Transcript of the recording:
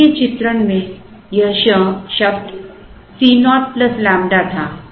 पहले के चित्रण में यह शब्द Co लैम्ब्डा था